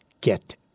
Get